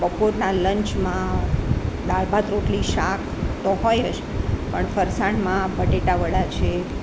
બપોરના લંચમાં દાળભાત રોટલી શાક તો હોય જ પણ ફરસાણમાં બટેટાવડા છે